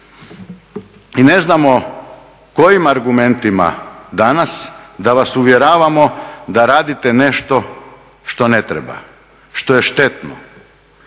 I ne znamo kojim argumentima danas da vas uvjeravamo da radite nešto što ne treba, što je štetno,